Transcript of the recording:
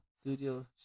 studio